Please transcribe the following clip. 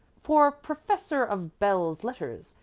for professor of belles-lettres,